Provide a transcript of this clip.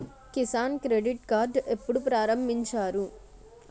Kisan credit card ఎప్పుడు ప్రారంభించారు?